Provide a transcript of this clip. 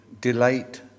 delight